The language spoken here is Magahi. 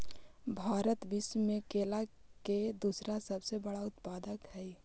भारत विश्व में केला के दूसरा सबसे बड़ा उत्पादक हई